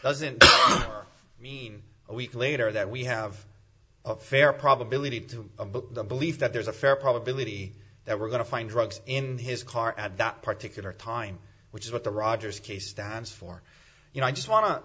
doesn't mean a week later that we have a fair probability to believe that there's a fair probability that we're going to find drugs in his car at that particular time which is what the rogers case stands for you know i just wan